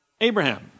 Abraham